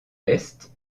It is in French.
l’est